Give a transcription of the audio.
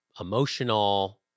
emotional